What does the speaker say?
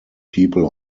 people